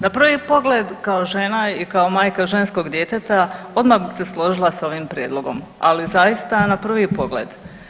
Na prvi pogled kao žena i kao majka ženskog djeteta odmah bi se složila sa ovim prijedlogom, ali zaista na prvi pogled.